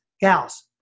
gals